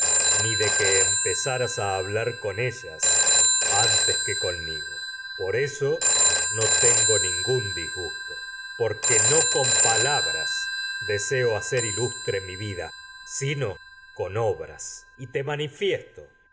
ni de que empezaras a hablar con ellas antes que porque no conmigo por con eso no tengo ningún disgusto palabras deseo hacer ilustre mi vida sino que con obras y te manifiesto